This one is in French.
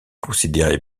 considéré